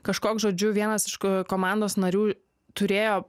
kažkoks žodžiu vienas iš komandos narių turėjo